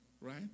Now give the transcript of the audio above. right